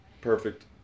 perfect